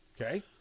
Okay